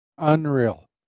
Unreal